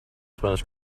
spanish